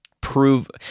prove